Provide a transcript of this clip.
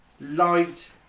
light